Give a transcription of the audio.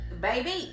baby